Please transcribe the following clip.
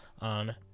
on